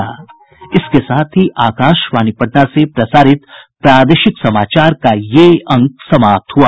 इसके साथ ही आकाशवाणी पटना से प्रसारित प्रादेशिक समाचार का ये अंक समाप्त हुआ